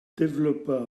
développa